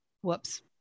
Whoops